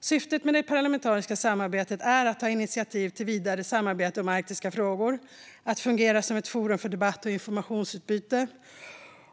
Syftet med det parlamentariska samarbetet är att ta initiativ till ett vidare samarbete om arktiska frågor och att det ska fungera som ett forum för debatt och informationsutbyte